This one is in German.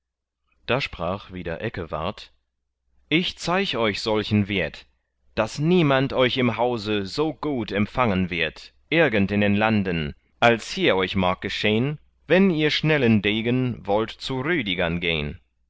da sprach wieder eckewart ich zeig euch solchen wirt daß niemand euch im hause so gut empfangen wird irgend in den landen als hier euch mag geschehn wenn ihr schnellen degen wollt zu rüdigern gehn